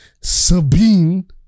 Sabine